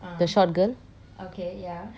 the short girl